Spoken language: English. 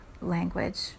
language